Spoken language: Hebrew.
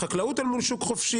חקלאות אל מול שוק חופשי,